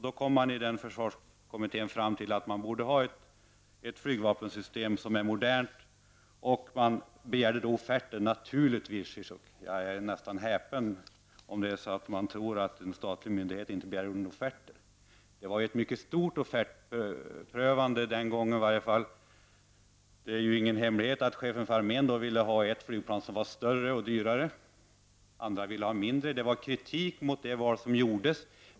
Då kom försvarskommittén fram till att man borde ha ett flygvapensystem som är modernt, och man begärde då offerter — naturligtvis, Paul Ciszuk. Jag är nästan häpen om någon tror att en statlig myndighet inte begär in offerter. Det gjordes ju ett mycket omfattande offertprövningsarbete den gången. Det är ju ingen hemlighet att chefen för armén då ville ha ett flygplan som var större och dyrare, medan andra ville ha ett mindre. Det riktades kritik mot det val som träffades.